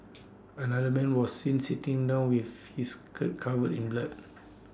another man was seen sitting down with his covered in blood